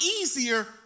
easier